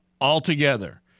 altogether